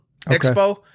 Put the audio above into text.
expo